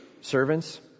Servants